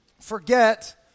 Forget